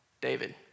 David